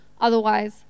otherwise